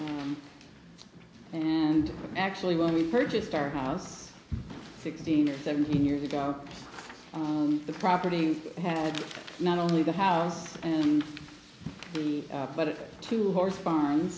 mass and actually when we purchased our house sixteen or seventeen years ago on the property had not only the house and the but it to horse far